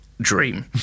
Dream